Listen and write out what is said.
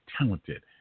talented